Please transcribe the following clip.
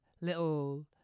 little